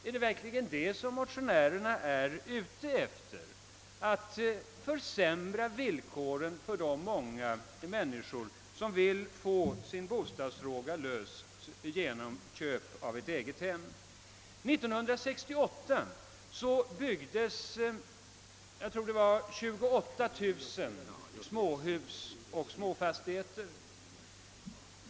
Är motionärerna verkligen ute efter att försämra villkoren för de många människor som vill få sin bostadsfråga ordnad genom köp av ett eget hem? År 1968 byggdes cirka 28 000 småhus och småfastigheter.